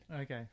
Okay